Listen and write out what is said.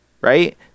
right